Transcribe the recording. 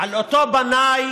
על אותו בנאי